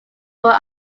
were